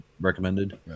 recommended